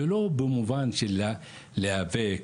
ולא במובן של להיאבק,